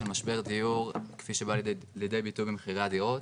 משבר דיור כפי שבא לידי ביטוי במחירי הדירות